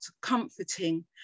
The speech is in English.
comforting